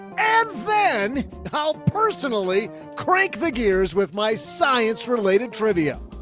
and then i'll personally crank the gears with my science-related trivia.